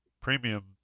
premium